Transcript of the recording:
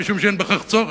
משום שאין בכך צורך.